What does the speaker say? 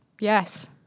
yes